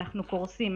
אנחנו קורסים.